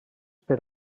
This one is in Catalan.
per